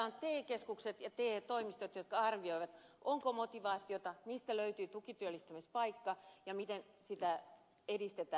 te keskukset ja te toimistot arvioivat onko motivaatiota mistä löytyy tukityöllistämispaikka ja miten sitä edistetään